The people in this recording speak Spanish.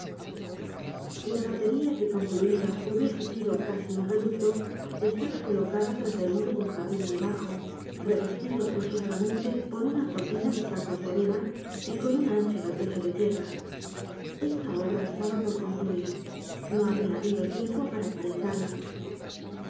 la batería que concluida hubiese sido casi un reducto estaba colocada tras el muro de un jardin muy bajo revestido apresuradamente con una cortina de sacos de arena y con un ancho repecho de tierra esta obra estaba por concluir no habia habido tiempo para empalicarla